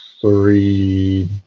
three